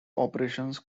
operations